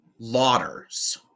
lauders